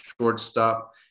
shortstop